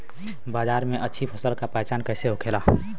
बाजार में अच्छी फसल का पहचान कैसे होखेला?